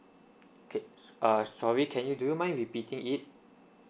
k err sorry can you do you mind repeating it